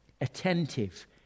attentive